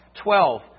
twelve